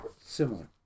similar